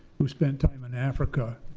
who spent time in africa.